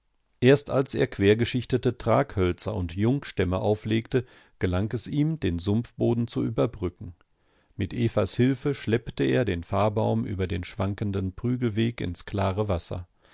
erst als er quergeschichtete traghölzer und jungstämme auflegte gelang es ihm den sumpfboden zu überbrücken mit evas hilfe schleppte er den fahrbaum über den schwankenden prügelweg ins klare wasser